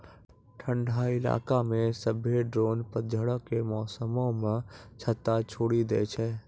ठंडा इलाका मे सभ्भे ड्रोन पतझड़ो के मौसमो मे छत्ता छोड़ि दै छै